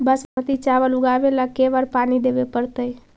बासमती चावल उगावेला के बार पानी देवे पड़तै?